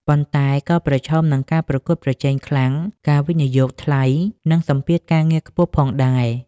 ប៉ុន្តែក៏ប្រឈមនឹងការប្រកួតប្រជែងខ្លាំង ការវិនិយោគថ្លៃ និងសម្ពាធការងារខ្ពស់ផងដែរ។